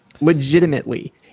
Legitimately